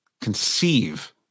conceive